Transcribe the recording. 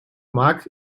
mak